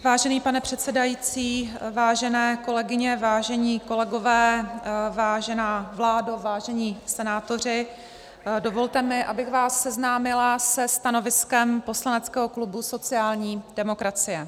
Vážený pane předsedající, vážené kolegyně, vážení kolegové, vážená vládo, vážení senátoři, dovolte mi, abych vás seznámila se stanoviskem poslaneckého klubu sociální demokracie.